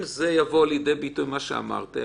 אם יבוא לידי ביטוי מה שאמרת,